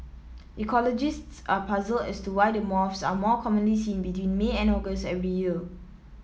ecologists are puzzled as to why the moths are more commonly seen between May and August every year